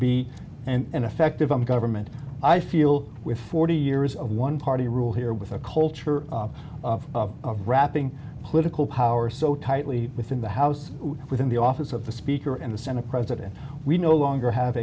be and effective on government i feel with forty years of one party rule here with a culture of wrapping political power so tightly within the house within the office of the speaker and the senate president we no longer have